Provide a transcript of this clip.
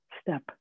Step